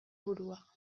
burua